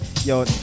Yo